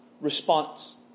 response